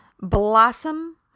blossom